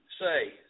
say